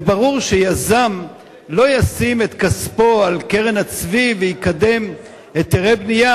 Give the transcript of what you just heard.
וברור שיזם לא ישים את כספו על קרן הצבי ויקדם היתרי בנייה,